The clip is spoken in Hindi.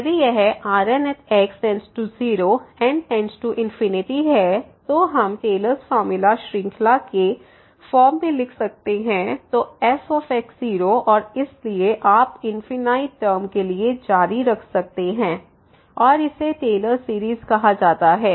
यदि यह Rn→0n→∞ हैतो हम टेलर्स फार्मूला Taylor's formula श्रृंखला के फॉर्म में लिख सकते है तो f और इसलिए आप इन्फिनाइट टर्म के लिए जारी रख सकते हैं और इसे टेलर्स सीरीज़Taylor's series कहा जाता है